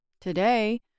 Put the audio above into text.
Today